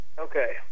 Okay